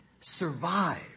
survive